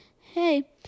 Hey